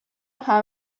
همه